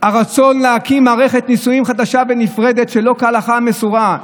הרצון להקים מערכת נישואים חדשה ונפרדת שלא כהלכה המסורה,